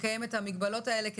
הלחץ הוא על החודשים האלה,